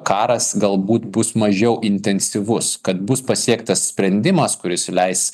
karas galbūt bus mažiau intensyvus kad bus pasiektas sprendimas kuris leis